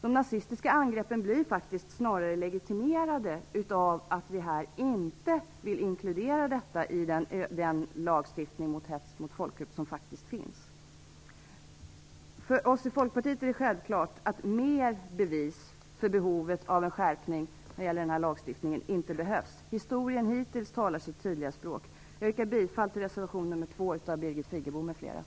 De nazistiska angreppen blir faktiskt snarare legitimerade av att vi inte vill inkludera detta i lagstiftningen mot hets mot folkgrupp. För oss i Folkpartiet är det självklart att det inte behövs mer bevis för behovet av en skärpning när det gäller lagstiftningen. Historien har hittills talat sitt tydliga språk. Jag yrkar bifall till reservation nr 2 av